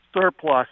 surplus